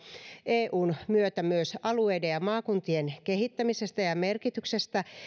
eun myötä myös alueiden ja maakuntien kehittämisestä ja ja merkityksestä